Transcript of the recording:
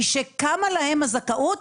משקמה להם הזכאות,